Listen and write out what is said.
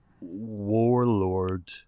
Warlord